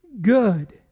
Good